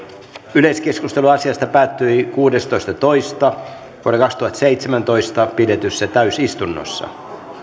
yleiskeskustelu asiasta päättyi kuudestoista toista kaksituhattaseitsemäntoista pidetyssä täysistunnossa